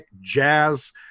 jazz